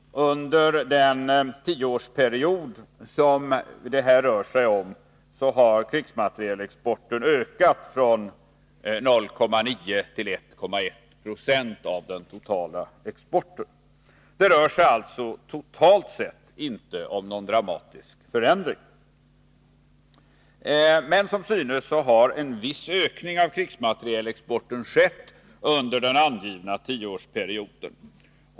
Under den tioårsperiod som det här rör sig om har krigsmaterielexporten ökat från 0,9 till 1,1 26 av den totala exporten. Totalt sett är det alltså inte någon dramatisk förändring. Men som synes har en viss ökning av krigsmaterielexporten skett under den angivna tioårsperioden.